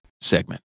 segment